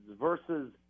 versus